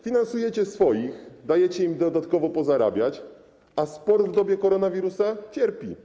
Finansujecie swoich, dajecie im dodatkowo pozarabiać, a sport w dobie koronawirusa cierpi.